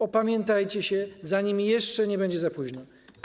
Opamiętajcie się, zanim jeszcze nie jest za późno.